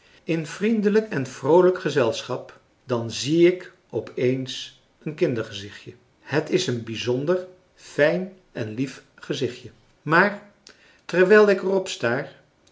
in vriendelijk en vroolijk gezelschap dan zie ik op eens een kindergezichtje het is een bijzonder fijn en lief gezichtje maar terwijl ik er op staar